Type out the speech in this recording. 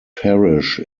parish